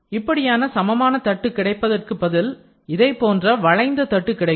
இப்படியான சமமான தட்டு கிடைப்பதற்கு பதில் இதைப் போன்ற வளைந்த தட்டு கிடைக்கும்